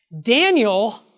Daniel